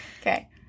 Okay